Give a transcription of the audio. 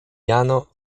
jano